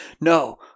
No